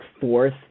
fourth